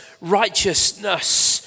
righteousness